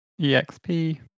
EXP